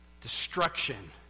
destruction